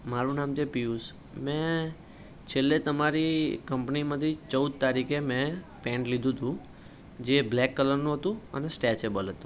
મારું નામ છે પિયુસ મેં છેલ્લે તમારી કંપનીમાંથી ચૌદ તારીખે મેં પેન્ટ લીધું હતું જે બ્લેક કલરનું હતું અને સ્ટ્રેચેબલ હતું